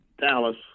Dallas